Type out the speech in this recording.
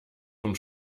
vom